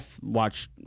watch